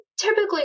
typically